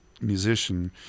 musician